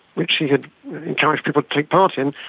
which he had encouraged people to take part in,